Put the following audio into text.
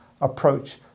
approach